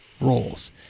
roles